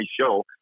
show